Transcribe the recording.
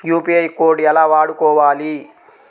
UPI code ఎలా వాడుకోవాలి?